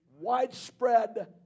Widespread